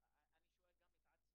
ושמעתי את זה,